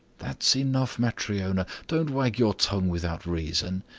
that's enough, matryona. don't wag your tongue without reason.